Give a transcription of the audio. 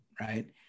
right